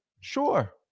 Sure